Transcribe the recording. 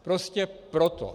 Prostě proto.